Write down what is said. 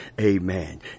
Amen